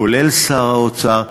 כולל שר האוצר,